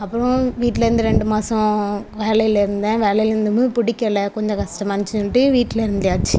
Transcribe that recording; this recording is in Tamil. அப்பறம் வீட்டில இருந்து ரெண்டு மாதம் வேலையில் இருந்தேன் வேலையில் இருந்த போது பிடிக்கல கொஞ்சம் கஷ்டமாக இருந்திச்சுன்னு சொல்லிட்டு வீட்டில இருந்தாச்சு